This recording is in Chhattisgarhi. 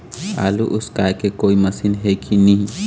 आलू उसकाय के कोई मशीन हे कि नी?